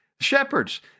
shepherds